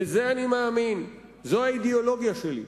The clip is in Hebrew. בזה אני מאמין, זו האידיאולוגיה שלי,